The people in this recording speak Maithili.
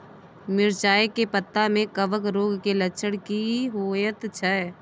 मिर्चाय के पत्ता में कवक रोग के लक्षण की होयत छै?